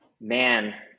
Man